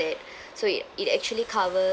so it it actually covers